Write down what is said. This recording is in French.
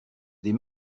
des